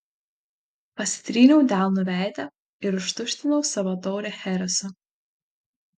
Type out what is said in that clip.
pasitryniau delnu veidą ir ištuštinau savo taurę chereso